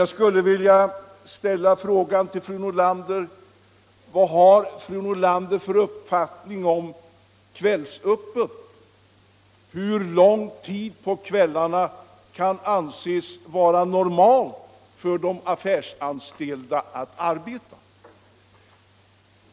Jag skulle vilja ställa frågan till fru Nordlander: Vad har fru Nordlander för uppfattning om kvällsöppet? Hur långt på kvällarna kan det anses vara normalt för de affärsanställda att arbeta?